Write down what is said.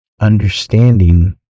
understanding